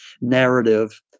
narrative